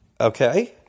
Okay